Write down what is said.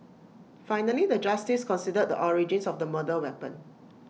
finally the justice considered the origins of the murder weapon